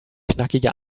knackige